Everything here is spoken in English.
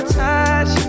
touch